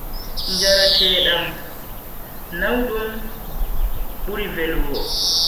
Njarateedaam naudum buri velugo.